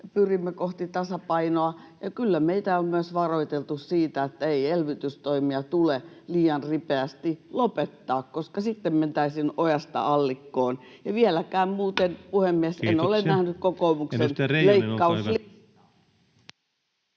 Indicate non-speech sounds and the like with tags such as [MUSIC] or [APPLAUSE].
pyrimme kohti tasapainoa, ja kyllä meitä on myös varoiteltu siitä, että ei elvytystoimia tule liian ripeästi lopettaa, koska sitten mentäisiin ojasta allikkoon. Ja vieläkään muuten, [NOISE] puhemies, en ole nähnyt kokoomuksen leikkauslistaa.